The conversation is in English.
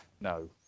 No